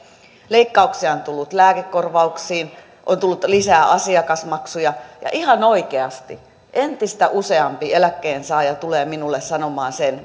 leikkauksia on tullut lääkekorvauksiin on tullut lisää asiakasmaksuja ihan oikeasti entistä useampi eläkkeensaaja tulee minulle sanomaan sen